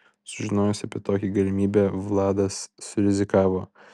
sužinojęs apie tokią galimybę vladas surizikavo